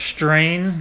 Strain